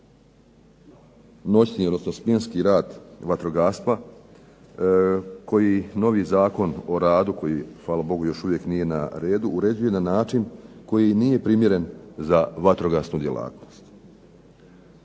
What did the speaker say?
noćni odnosno smjenski rad vatrogastva koji novi Zakon o radu, koji hvala Bogu još uvijek nije na redu, uređuje na način koji nije primjeren za vatrogasnu djelatnost.